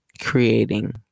creating